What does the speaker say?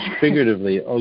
figuratively